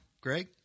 Greg